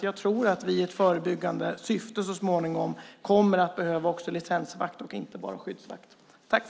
Jag tror att vi så småningom i förebyggande syfte kommer att behöva licensjakt och inte bara skyddsjakt.